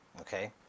okay